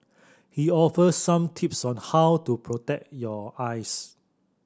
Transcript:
he offers some tips on how to protect your eyes